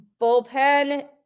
bullpen